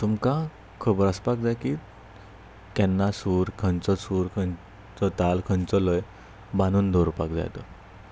तुमकां खबर आसपाक जाय की केन्ना सूर खंयचो सूर खंयचो ताल खंयचो लय बांदून दवरपाक जाय तो